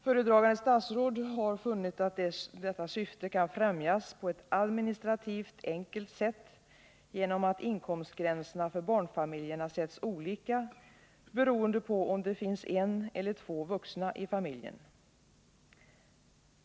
Föredragande statsråd har funnit att detta syfte kan främjas på ett administrativt enkelt sätt genom att inkomstgränserna för barnfamiljerna sätts olika, beroende på om det finns en eller två vuxna i familjen.